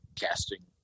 casting